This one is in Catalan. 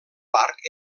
parc